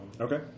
okay